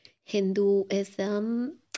hinduism